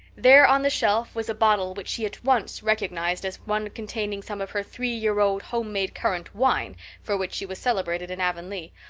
there on the shelf was a bottle which she at once recognized as one containing some of her three-year-old homemade currant wine for which she was celebrated in avonlea,